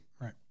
right